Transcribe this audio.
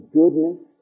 goodness